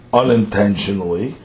unintentionally